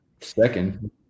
second